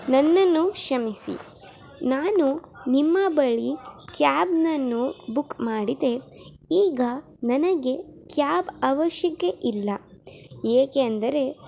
ನನ್ನನ್ನು ಕ್ಷಮಿಸಿ ನಾನು ನಿಮ್ಮ ಬಳಿ ಕ್ಯಾಬ್ನನ್ನು ಬುಕ್ ಮಾಡಿದೆ ಈಗ ನನಗೆ ಕ್ಯಾಬ್ ಅವಶ್ಯಕ್ಕೆ ಇಲ್ಲ ಏಕೆಂದರೆ